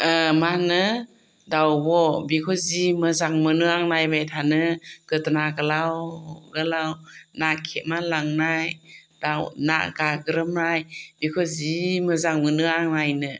मा होनो दावब' बेखौ जि मोजां मोनो आं नायबाय थानो गोदोना गोलाव गोलाव ना खेबना लांनाय दाउ ना गाग्रोबनाय बेखौ जि मोजां मोनो आं नायनो